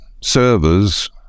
servers